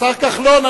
השר כחלון,